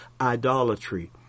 idolatry